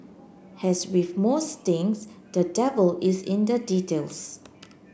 has with most things the devil is in the details